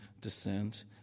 descent